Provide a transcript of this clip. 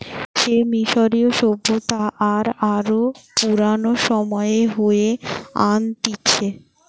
সে মিশরীয় সভ্যতা আর আরো পুরানো সময়ে হয়ে আনতিছে